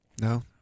No